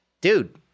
dude